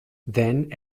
then